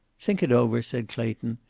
think it over! said clayton.